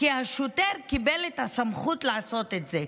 כי השוטר קיבל את הסמכות לעשות את זה.